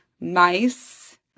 mice